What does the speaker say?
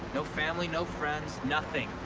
no family. no friends. nothing.